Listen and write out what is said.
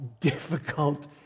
Difficult